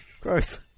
Gross